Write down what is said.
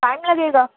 time لگے گا